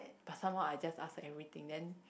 but someone I just ask everything then